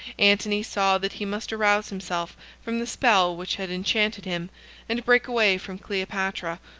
antony saw that he must arouse himself from the spell which had enchanted him and break away from cleopatra,